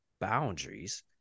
boundaries